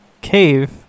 cave